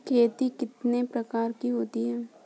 खेती कितने प्रकार की होती है?